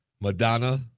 Madonna